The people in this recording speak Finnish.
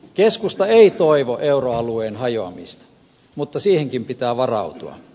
keskusta ei toivo euroalueen hajoamista mutta siihenkin pitää varautua